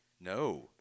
No